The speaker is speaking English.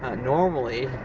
ah normally,